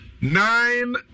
nine